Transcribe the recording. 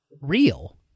real